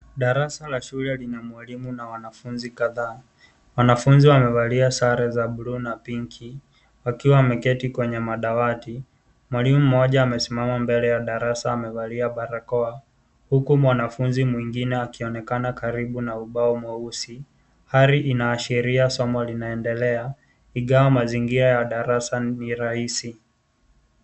Darasa la shule lina mwalimu na wanafunzi kadhaa. Wanafunzi wamevalia sare za bluu na pinki wakiwa wameketi kwenye madawati. Mwalimu mmoja amesimama mbele ya darasa amevalia barakoa, huku mwanafunzi mwingine akionekana karibu na ubao mweusi. Hali inaashiria somo linaendelea. Ingawa mazingira ya darasa ni rahisi.